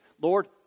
Lord